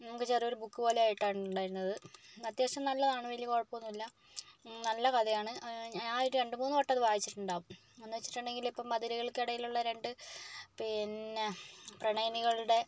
നമുക്ക് ചെറിയ ഒരു ബുക്ക് പോലെ ആയിട്ടായിരുന്നു ഉണ്ടായിരുന്നത് അത്യാവശ്യം നല്ലതാണ് വലിയ കുഴപ്പമൊന്നുമില്ല നല്ല കഥയാണ് ഞാനത് രണ്ടു മൂന്നു വട്ടം അത് വായിച്ചിട്ടുണ്ടാവും എന്നു വച്ചിട്ടുണ്ടെങ്കിൽ മതിലുകൾക്കിടയിലുള്ള രണ്ട് പിന്നെ പ്രണയിനികളുടെ